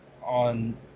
on –